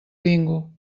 bingo